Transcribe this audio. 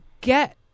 get